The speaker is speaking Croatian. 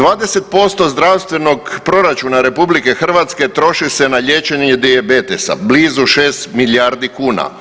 20% zdravstvenog proračuna RH troši se na liječenje dijabetesa, blizu 6 milijardi kuna.